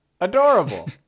adorable